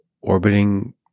orbiting